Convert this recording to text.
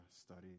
study